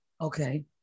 Okay